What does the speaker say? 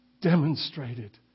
demonstrated